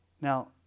Now